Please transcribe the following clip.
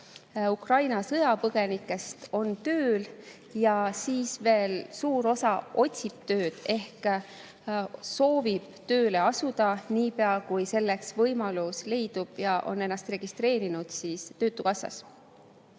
Ukraina sõjapõgenikest on tööl ja veel suur osa otsib tööd ehk soovib tööle asuda niipea, kui selleks võimalus leidub, ja on ennast töötukassas